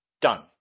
Done